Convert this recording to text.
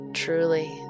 truly